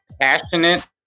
passionate